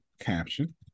caption